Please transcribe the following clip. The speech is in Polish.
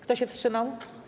Kto się wstrzymał?